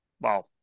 Wow